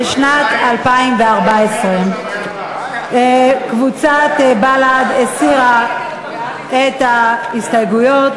לשנת 2014. קבוצת בל"ד הסירה את ההסתייגויות.